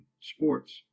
Sports